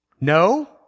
No